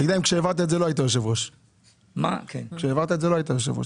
תגיד להם כשהעברת את זה לא היית יושב ראש.